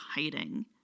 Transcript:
hiding